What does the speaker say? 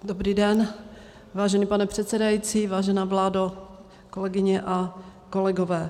Dobrý den, vážený pane předsedající, vážená vládo, kolegyně a kolegové.